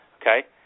Okay